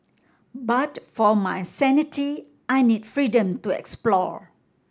but for my sanity I need freedom to explore